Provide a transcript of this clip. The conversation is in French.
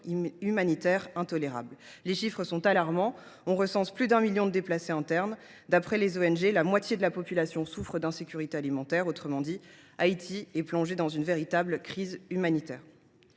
Les chiffres sont alarmants : on recense plus d’un million de déplacés internes et, selon les ONG présentes sur place, la moitié de la population souffre d’insécurité alimentaire. Autrement dit, Haïti est plongé dans une véritable crise humanitaire.